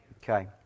Okay